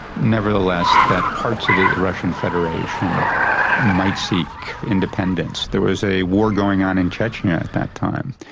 nevertheless that parts of the russian federation might seek independence. there was a war going on in chechnya at that time,